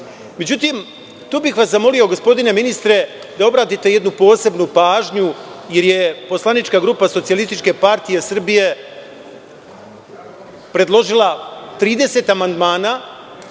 Međutim, tu bih vas zamolio gospodine ministre, da obratite jednu posebnu pažnju, jer poslanička grupa SPS je predložila 30 amandmana